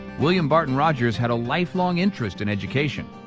william barton rogers had a lifelong interest in education.